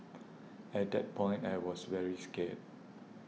at that point I was very scared